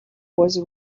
was